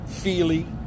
feely